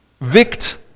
Vict